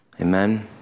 Amen